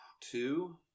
Two